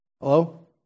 hello